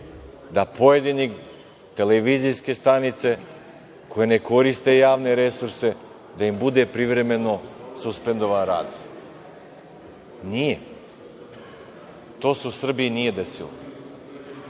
da pojedinim televizijskim stanicama, koje ne koriste javne resurse, bude privremeno suspendovan rad? Nije. To se u Srbiji nije desilo,